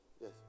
Yes